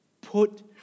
put